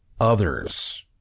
others